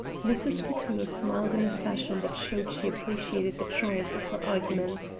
mrs. petullo smiled in a fashion that showed she appreciated the triumph of her argument.